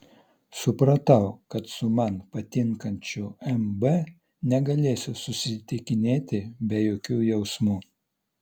supratau kad su man patinkančiu m b negalėsiu susitikinėti be jokių jausmų